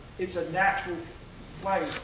it's a natural place